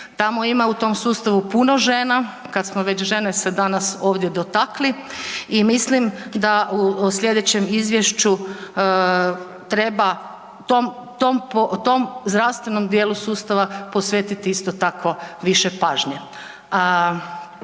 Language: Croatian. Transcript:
tamo ima u tom sustavu puno žena, kad smo već žena se ovdje dotakli i mislim da u slijedećem izvješću treba tom zdravstvenom djelu sustavu posvetiti isto tako više pažnje.